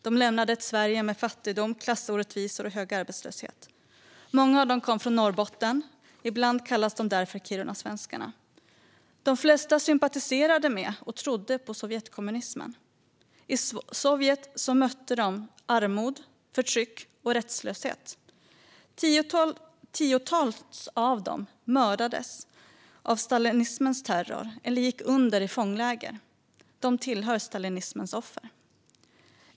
De lämnade ett Sverige med fattigdom, klassorättvisor och hög arbetslöshet. Många av dem kom från Norrbotten, och de kallas därför ibland kirunasvenskarna. De flesta sympatiserade med och trodde på den sovjetiska kommunismen. I Sovjet mötte de armod, förtryck och rättslöshet. Tiotals av dem mördades i stalinismens terror eller gick under i fångläger. De tillhör stalinismens offer.